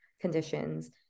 conditions